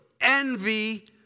envy